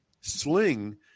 Sling